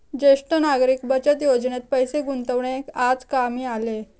ज्येष्ठ नागरिक बचत योजनेत पैसे गुंतवणे आज कामी आले